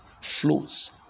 flows